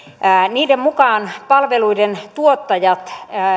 niiden mukaan palveluiden tuottajat